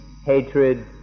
hatred